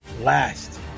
Last